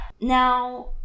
Now